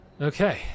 Okay